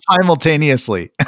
simultaneously